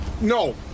no